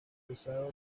pesado